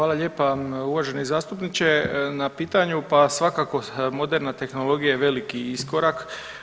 Hvala lijepa uvaženi zastupniče na pitanju, pa svakako moderna tehnologija je veliki iskorak.